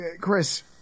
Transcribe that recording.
Chris